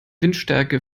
windstärke